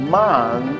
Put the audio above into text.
man